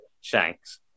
Shanks